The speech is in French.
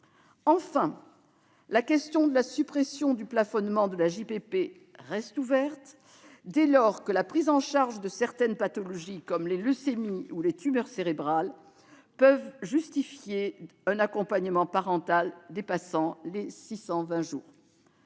enjeu concerne la suppression du plafonnement de l'AJPP. Cette question reste ouverte, dès lors que la prise en charge de certaines pathologies, comme les leucémies ou les tumeurs cérébrales, peut justifier un accompagnement parental dépassant les 620 jours.